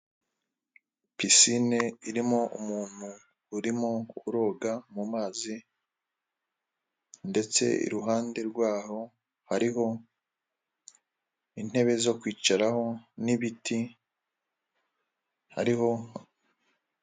Pisine irimo umuntu urimo uroga mu mazi, ndetse iruhande rwaho hariho intebe zo kwicaraho, n'ibiti, hariho,